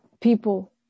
People